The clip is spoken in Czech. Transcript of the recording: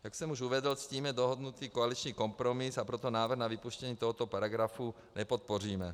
Jak jsem už uvedl, ctíme dohodnutý koaliční kompromis, a proto návrh na vypuštění tohoto paragrafu nepodpoříme.